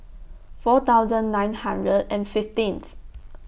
four thousand nine hundred and fifteenth